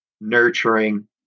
nurturing